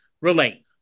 relate